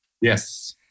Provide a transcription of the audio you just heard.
Yes